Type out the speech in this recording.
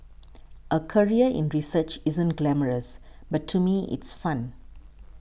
a career in research isn't glamorous but to me it's fun